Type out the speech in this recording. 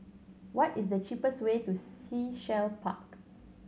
what is the cheapest way to Sea Shell Park